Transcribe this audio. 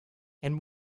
and